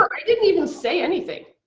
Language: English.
i didn't even say anything.